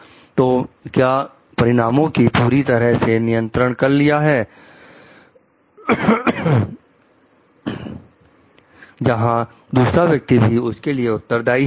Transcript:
तो क्या मैंने परिणामों को पूरी तरह से नियंत्रित कर लिया है जहां दूसरा व्यक्ति भी उसके लिए उत्तरदाई है